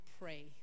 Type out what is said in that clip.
pray